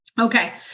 Okay